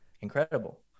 incredible